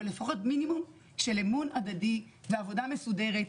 אבל לפחות מינימום של אמון הדדי ועבודה מסודרת,